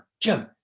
Jim